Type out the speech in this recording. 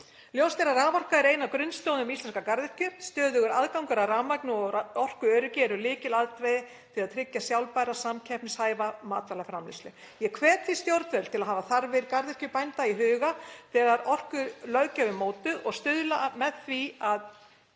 Ljóst er að raforka er ein af grunnstoðum íslenskrar garðyrkju. Stöðugur aðgangur að rafmagni og orkuöryggi eru lykilatriði til að tryggja sjálfbæra, samkeppnishæfa matvælaframleiðslu. Ég hvet því stjórnvöld til að hafa þarfir garðyrkjubænda í huga þegar orkulöggjöf er mótuð og stuðla með því að